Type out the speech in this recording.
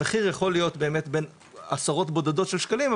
המחיר יכול להיות בין עשרות בודדות של שקלים,